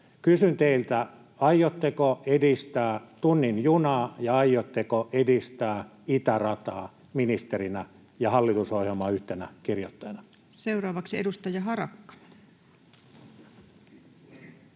Kysyn teiltä: aiotteko edistää tunnin junaa ja aiotteko edistää itärataa ministerinä ja hallitusohjelman yhtenä kirjoittajana? Seuraavaksi edustaja Harakka.